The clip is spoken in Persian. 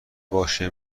باشه